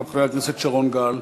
חבר הכנסת שרון גל,